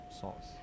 sauce